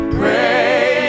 pray